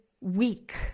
weak